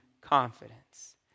confidence